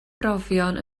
brofion